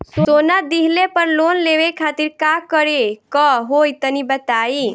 सोना दिहले पर लोन लेवे खातिर का करे क होई तनि बताई?